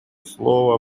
слово